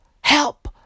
Help